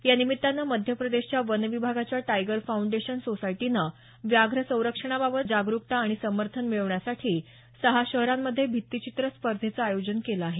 यानिमित्तानं मध्य प्रदेशच्या वन विभागाच्या टायगर फाऊंडेशन सोसायटीनं व्याघ्र संरक्षणा संदर्भात जागरुकता आणि समर्थन मिळवण्यासाठी सहा शहरामंध्ये भित्तीचित्र स्पर्धेचं आयोजन केलं आहे